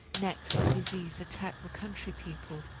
next the disease attacked the country people,